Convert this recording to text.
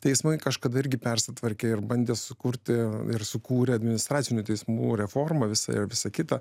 teismai kažkada irgi persitvarkė ir bandė sukurti ir sukūrė administracinių teismų reformą visa ir visa kita